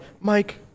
Mike